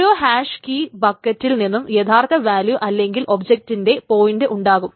ഓരോ hash key ബക്കറ്റിൽ നിന്നും യഥാർത്ഥ വാല്യൂ അല്ലെങ്കിൽ ഒബ്ജക്റ്റിന്റെ പോയിന്റ് ഉണ്ടാകും